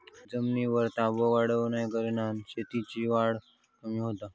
शेतजमिनीर ताबो वाढल्याकारणान शेतीची वाढ कमी होता